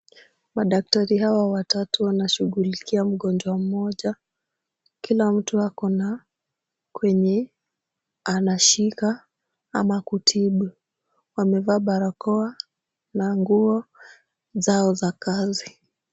Madaktari hawa watatu wanashughulikia mgonjwa mmoja. Kila mtu ako na kwenye anashika ama kutibu. Wamevaa barakoa na nguo zao za kazi.